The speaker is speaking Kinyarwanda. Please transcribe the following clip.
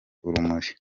urumuri